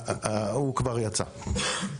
הוא כבר יצא.